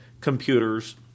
computers